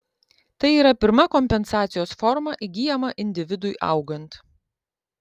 tai yra pirma kompensacijos forma įgyjama individui augant